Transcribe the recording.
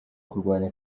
kurwanya